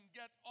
get